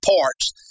parts